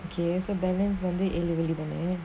okay so balance வந்து ஏழு வெள்ளி தான:vanthu yelu velli thaana